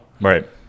right